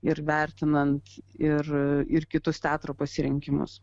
ir vertinant ir ir kitus teatro pasirinkimus